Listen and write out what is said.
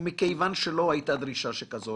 ומכיוון שלא הייתה דרישה שכזו,